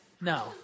No